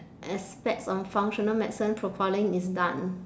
aspects on functional medicine profiling is done